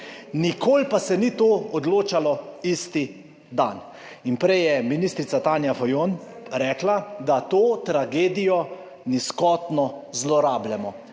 nikoli pa se ni to odločalo isti dan. In prej je ministrica Tanja Fajon rekla, da to tragedijo nizkotno zlorabljamo.